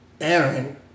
Aaron